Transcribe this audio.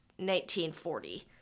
1940